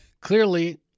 clearly